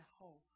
hope